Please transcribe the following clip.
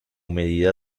medida